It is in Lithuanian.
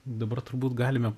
dabar turbūt galime